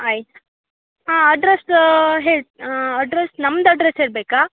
ಆಯ್ತು ಹಾಂ ಅಡ್ರಸ್ ಹೇಳು ಅಡ್ರಸ್ ನಮ್ದು ಅಡ್ರಸ್ ಹೇಳಬೇಕಾ